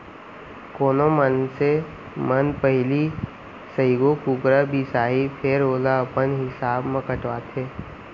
कोनो मनसे मन पहिली सइघो कुकरा बिसाहीं फेर ओला अपन हिसाब म कटवाथें